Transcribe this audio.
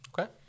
Okay